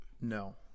No